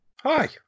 Hi